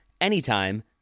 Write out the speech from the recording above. anytime